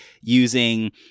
using